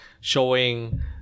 showing